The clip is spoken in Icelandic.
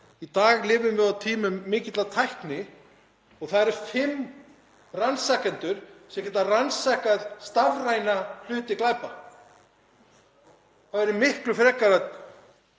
í dag lifum við á tímum mikillar tækni og það eru fimm rannsakendur sem geta rannsakað stafrænar hliðar glæpa. Það ætti miklu frekar að